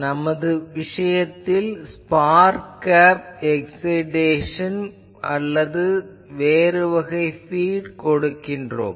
நமது விஷயத்தில் spark gap excitation அல்லது வேறு வகை பீட் கொடுக்கிறோம்